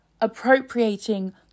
appropriating